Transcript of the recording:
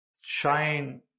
shine